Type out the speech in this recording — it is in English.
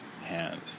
hand